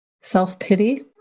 self-pity